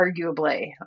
arguably